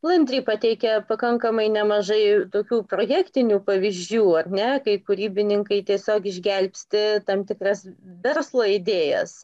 landri pateikia pakankamai nemažai tokių projektinių pavyzdžių ar ne kai kūrybininkai tiesiog išgelbsti tam tikras verslo idėjas